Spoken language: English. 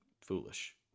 foolish